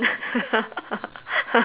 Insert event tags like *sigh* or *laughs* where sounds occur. *laughs*